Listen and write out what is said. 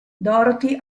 dorothy